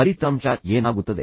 ಫಲಿತಾಂಶ ಏನಾಗುತ್ತದೆ